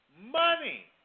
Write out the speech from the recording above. money